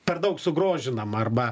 per daug sugrožinama arba